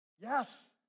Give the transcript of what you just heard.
Yes